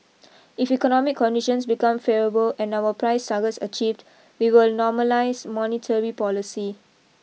if economic conditions become favourable and our price target is achieved we will normalise monetary policy